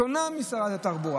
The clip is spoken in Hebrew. שונה משל שרת התחבורה.